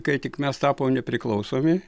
kai tik mes tapom nepriklausomi